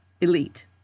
elite